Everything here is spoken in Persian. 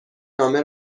نامه